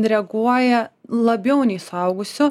reaguoja labiau nei suaugusių